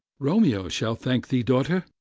romeo shall thank thee, daughter,